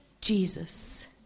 Jesus